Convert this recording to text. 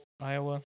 Iowa